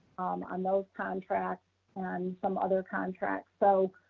on those contracts and some other contracts. so